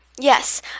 Yes